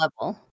level